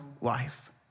life